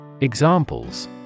Examples